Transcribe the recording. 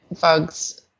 bugs